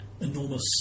enormous